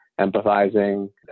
empathizing